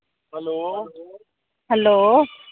hello